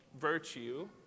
virtue